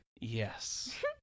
Yes